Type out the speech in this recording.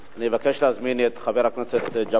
אני מבקש להזמין את חבר הכנסת ג'מאל זחאלקה,